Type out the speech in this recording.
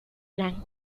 orán